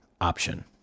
option